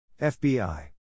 FBI